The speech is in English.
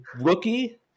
rookie